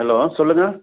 hello சொல்லுங்கள்